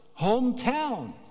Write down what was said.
hometown